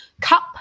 Cup